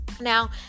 Now